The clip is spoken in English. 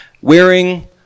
wearing